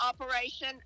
operation